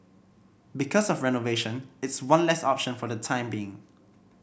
because of renovation it's one less option for the time being